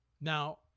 Now